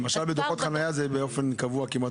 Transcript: בדוחות חניה זה מגיע היום באופן קבוע.